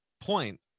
point